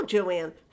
Joanne